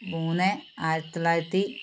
മൂന്ന് ആയിരത്തിത്തൊള്ളായിരത്തി